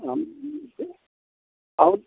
অ অ